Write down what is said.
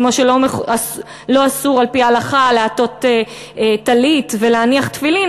כמו שלא אסור על-פי ההלכה לעטות טלית ולהניח תפילין,